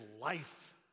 life